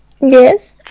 Yes